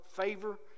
favor